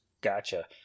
Gotcha